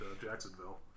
Jacksonville